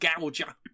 gouger